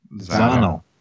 Zano